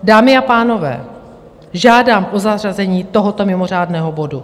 Dámy a pánové, žádám o zařazení tohoto mimořádného bodu.